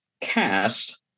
cast